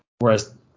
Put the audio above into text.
whereas